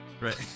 Right